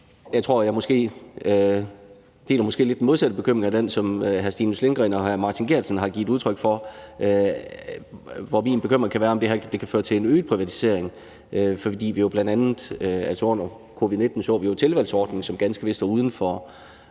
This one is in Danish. lidt har den modsatte bekymring end den, som hr. Stinus Lindgreen og hr. Martin Geertsen har givet udtryk for. Min bekymring kan være, om det her kan føre til en øget privatisering. Vi så jo bl.a. under covid-19 tilvalgsordningen, som ganske vist var uden for